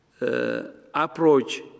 approach